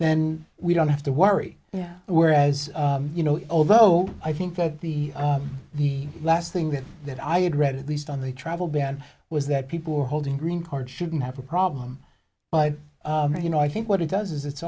then we don't have to worry yeah whereas you know although i think that the last thing that that i had read at least on the travel ban was that people who are holding green cards shouldn't have a problem but you know i think what it does is it's